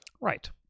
Right